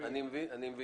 מבין.